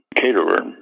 caterer